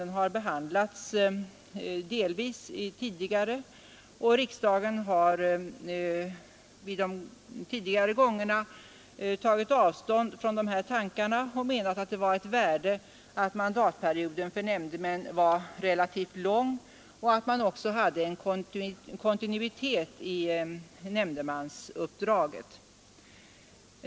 Den har delvis behandlats tidigare och riksdagen har vid de tidigare tillfällena tagit avstånd från dessa tankar och menat att det låg ett värde i att mandatperioden för nämndemän var relativt lång och att man också hade en kontinuitet i nämndemannauppdraget.